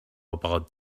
about